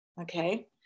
Okay